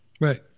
Right